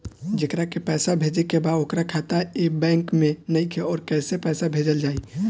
जेकरा के पैसा भेजे के बा ओकर खाता ए बैंक मे नईखे और कैसे पैसा भेजल जायी?